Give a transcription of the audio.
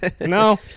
no